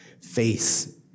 face